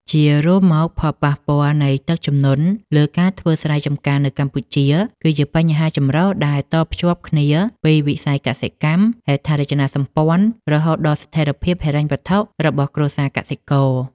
ជារួមមក ផលប៉ះពាល់នៃទឹកជំនន់លើការធ្វើស្រែចម្ការនៅកម្ពុជា គឺជាបញ្ហាចម្រុះដែលតភ្ជាប់គ្នាពីវិស័យកសិកម្ម ហេដ្ឋារចនាសម្ព័ន្ធ រហូតដល់ស្ថិរភាពហិរញ្ញវត្ថុរបស់គ្រួសារកសិករ។